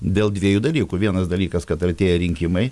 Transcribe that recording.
dėl dviejų dalykų vienas dalykas kad artėja rinkimai